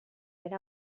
era